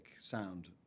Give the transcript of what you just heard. sound